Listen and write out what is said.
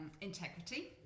integrity